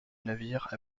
navire